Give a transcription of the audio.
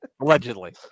allegedly